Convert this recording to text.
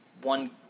one